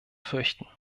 fürchten